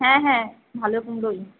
হ্যাঁ হ্য়াঁ ভালো কুমড়োই